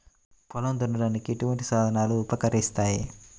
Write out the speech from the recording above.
పొలం దున్నడానికి ఎటువంటి సాధనలు ఉపకరిస్తాయి?